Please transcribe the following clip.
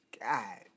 God